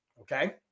Okay